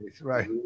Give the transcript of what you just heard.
right